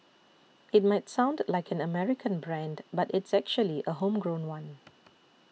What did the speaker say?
it might sound like an American brand but it's actually a homegrown one